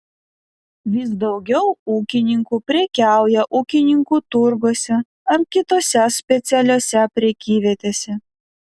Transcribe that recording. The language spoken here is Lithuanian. vis daugiau ūkininkų prekiauja ūkininkų turguose ar kitose specialiose prekyvietėse